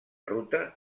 ruta